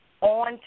on